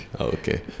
Okay